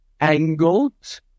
angled